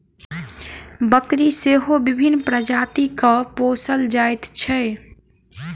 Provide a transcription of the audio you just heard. बकरी सेहो विभिन्न प्रजातिक पोसल जाइत छै